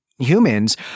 humans